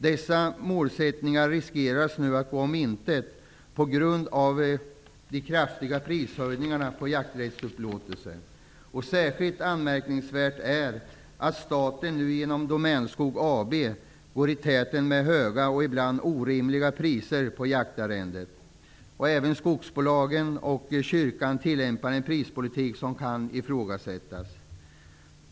Denna målsättning riskerar nu att gå om intet på grund av de kraftiga prishöjningarna på jakträttsupplåtelser. Särskilt anmärkningsvärt är att staten nu genom Domänskog AB går i täten med höga och ibland orimliga priser på jaktarrenden. Även skogsbolagen och kyrkan tillämpar en prispolitik som kan ifrågasättas.